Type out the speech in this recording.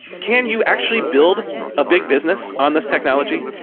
can you actually build a big business on this technology?